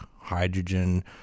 hydrogen